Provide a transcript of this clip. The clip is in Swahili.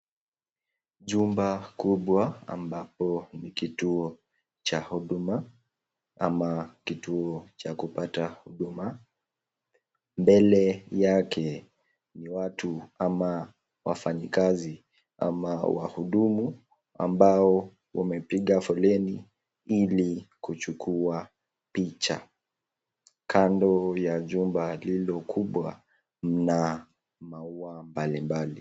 Jumba kubwa ambapo ni kituo cha huduma ama ni kituo cha kupata huduma. Mbele yake ni watu ama wafanyikazi ama wahudumu ambao wamepiga foleni ili kuchukua picha kanda ya jumba hilo kubwa na maua mbali mbali.